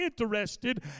interested